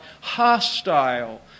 hostile